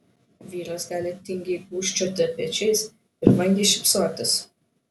vyras gali tingiai gūžčioti pečiais ir vangiai šypsotis